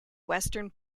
western